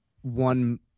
one